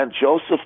Joseph